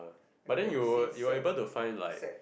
but then you you will be able to find like